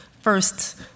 first